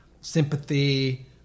sympathy